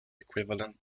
equivalent